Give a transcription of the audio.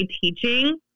teaching